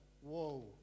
whoa